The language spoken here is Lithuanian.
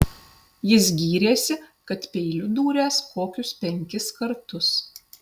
jis gyrėsi kad peiliu dūręs kokius penkis kartus